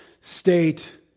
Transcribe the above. state